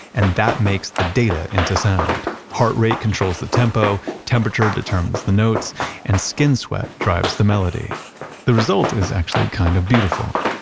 and that makes the data into sound. heart rate controls the tempo. temperature determines the notes and skin sweat drives the melody the result is actually kind of beautiful.